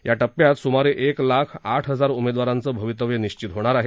या टप्प्यात सूमारे एक लाख आठ हजार उमेदवारांचं भवितव्य निश्चित होणार आहे